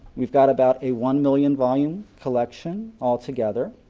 we've got about a one million volume collection all together.